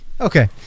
Okay